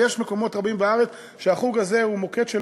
יש מקומות רבים בארץ שהחוג הזה הוא מוקד של